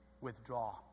withdraw